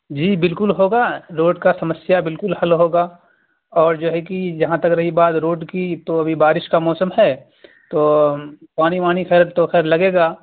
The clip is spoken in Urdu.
جی بالکل ہوگا روڈ کا سمسیا بالکل حل ہوگا اور جو ہے کہ جہاں تک رہی بات روڈ کی تو ابھی بارش کا موسم ہے تو پانی وانی خیر تو خیر لگے گا